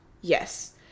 yes